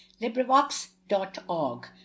LibriVox.org